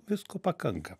visko pakanka